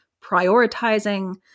prioritizing